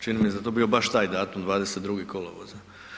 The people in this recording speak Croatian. Čini mi se da je to bio baš taj datum 22. kolovoza.